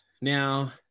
Now